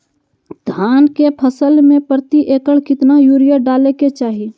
धान के फसल में प्रति एकड़ कितना यूरिया डाले के चाहि?